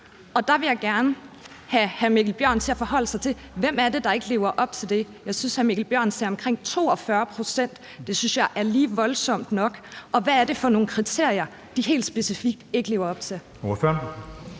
Og der vil jeg gerne have hr. Mikkel Bjørn til at forholde sig til: Hvem er det, der ikke lever op til det? Jeg synes, at hr. Mikkel Bjørn sagde omkring 42 pct. Det synes jeg er lige voldsomt nok. Og hvad er det helt specifikt for nogle kriterier, de ikke lever op til?